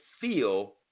feel